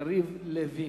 חבר הכנסת יריב לוין.